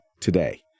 today